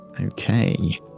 Okay